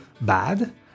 bad